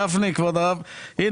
כבוד הרב גפני,